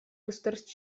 государств